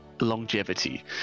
longevity